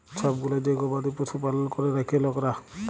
ছব গুলা যে গবাদি পশু পালল ক্যরে রাখ্যে লকরা